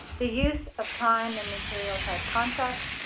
the use of time and material-type contracts.